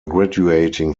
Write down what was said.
graduating